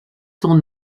son